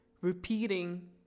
repeating